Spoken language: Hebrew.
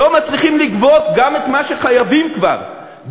לא מצליחים לגבות גם את מה שחייבים כבר,